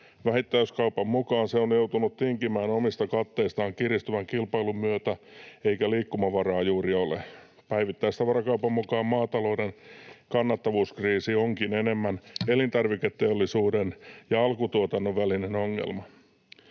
Vähittäiskaupan mukaan se on joutunut tinkimään omista katteistaan kiristyvän kilpailun myötä eikä liikkumavaraa juuri ole. Päivittäistavarakaupan mukaan maatalouden kannattavuuskriisi onkin enemmän elintarviketeollisuuden ja alkutuotannon välinen ongelma.